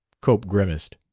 cope grimaced.